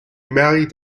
married